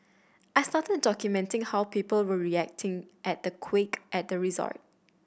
I started documenting how people were reacting at the quake at the resort